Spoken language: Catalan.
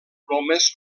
plomes